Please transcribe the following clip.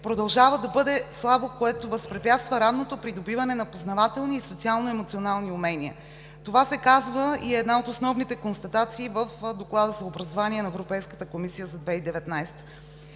продължава да бъде слабо, което възпрепятства ранното придобиване на познавателни и социално-емоционални умения. Това се казва и е една от основните констатации в Доклада за образование на Европейската комисия за 2019